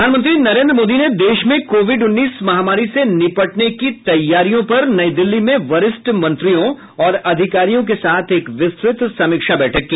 प्रधानमंत्री नरेन्द्र मोदी ने देश में कोविड उन्नीस महामारी से निपटने की तैयारियों पर नई दिल्ली में वरिष्ठ मंत्रियों और अधिकारियों के साथ एक विस्तृत समीक्षा बैठक की